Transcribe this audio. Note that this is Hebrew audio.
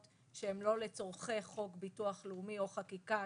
שהם לא לצורכי חוק הביטוח הלאומי או חקיקה